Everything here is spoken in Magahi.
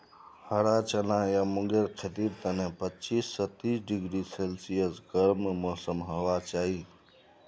हरा चना या मूंगेर खेतीर तने पच्चीस स तीस डिग्री सेल्सियस गर्म मौसम होबा चाई